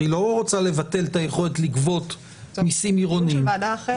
היא לא רוצה לבטל את היכולת לגבות מסים עירוניים.